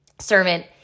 servant